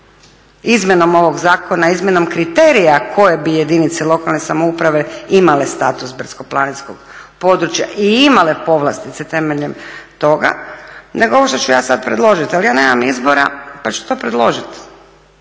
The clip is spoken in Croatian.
izmjenom ovog zakona, izmjenom kriterija koje bi jedinice lokalne samouprave imale status brdsko-planinskog područja i imale povlastice temeljem toga, nego ovo što ću ja sada predložiti. Ali ja nemam izbora pa ću to predložiti,